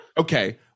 Okay